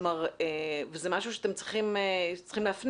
זה משהו שאתם צריכים להפנים,